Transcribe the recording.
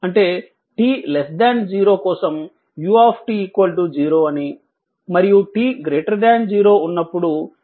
అంటే t 0 కోసం u 0 అని మరియు t 0 ఉన్నప్పుడు u 1